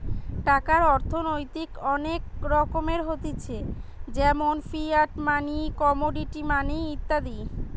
টাকার অর্থনৈতিক অনেক রকমের হতিছে যেমন ফিয়াট মানি, কমোডিটি মানি ইত্যাদি